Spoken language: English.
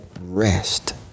rest